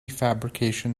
fabrication